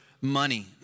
money